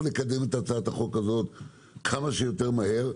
לקדם את הצעת החוק הזו כמה שיותר מהר.